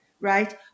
right